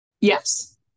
Yes